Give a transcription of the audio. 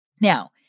Now